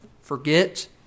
Forget